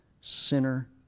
sinner